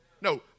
No